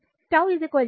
3 henry